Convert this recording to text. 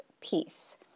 peace